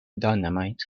dynamite